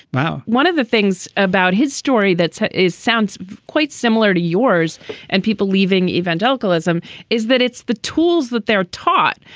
now, one of the things about his story that's is sounds quite similar to yours and people leaving evangelicalism is that it's the tools that they're taught,